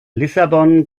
lissabon